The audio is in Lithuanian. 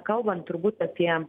kalbant turbūt apie